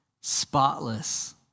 spotless